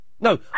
No